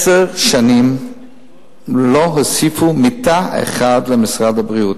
עשר שנים לא הוסיפו מיטה אחת למשרד הבריאות.